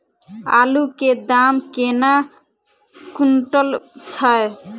आलु केँ दाम केना कुनटल छैय?